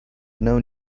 known